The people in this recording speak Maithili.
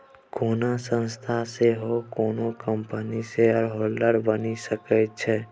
कोनो संस्था सेहो कोनो कंपनीक शेयरहोल्डर बनि सकै छै